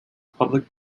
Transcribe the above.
public